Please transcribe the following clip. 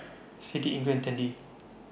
Siddie Ingrid and Tandy